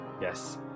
Yes